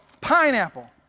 Pineapple